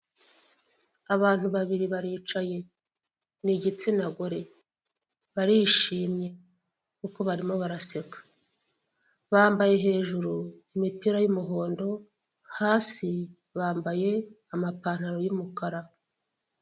Abantu babiri baricaye, n'igitsina gore, barishimye kuko barimo baraseka. Bambaye hejuru imipira y'umuhondo, hasi bambaye amapantaro y'umukara.